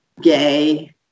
gay